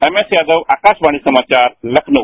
M S Yadav Akashvani समाचार लखनऊ